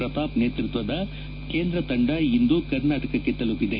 ಪ್ರತಾಪ್ ನೇತೃತ್ವದ ಕೇಂದ್ರ ತಂಡ ಇಂದು ಕರ್ನಾಟಕಕ್ಕೆ ತಲುಪಿದೆ